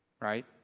right